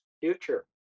future